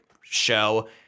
show